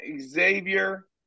Xavier